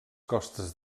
costes